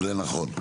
זה נכון.